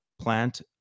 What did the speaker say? plant